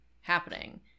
happening